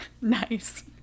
Nice